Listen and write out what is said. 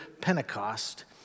Pentecost